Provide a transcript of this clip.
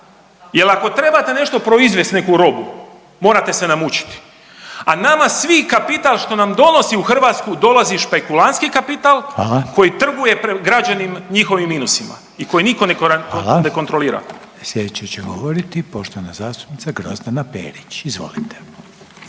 jel ako trebate nešto proizvest neku robu morate se namučiti, a nama svi kapital što nam donosi u Hrvatsku dolazi špekulantski kapital koji trguje građanima, njihovim minusima i koji niko ne kontrolira. **Reiner, Željko (HDZ)** Hvala. Slijedeća će govoriti poštovana zastupnica Grozdana Perić, izvolite.